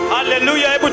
Hallelujah